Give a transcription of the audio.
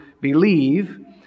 believe